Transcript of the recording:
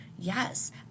Yes